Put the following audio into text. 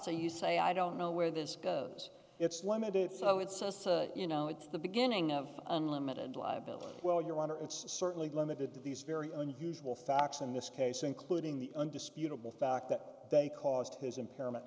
so you say i don't know where this goes it's limited so it says you know it's the beginning of unlimited liability well your honor it's certainly limited to these very unusual facts in this case including the undisputable fact that they caused his impairment